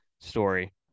story